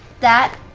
that?